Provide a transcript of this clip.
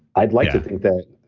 i'd like to think that